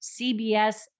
CBS